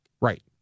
right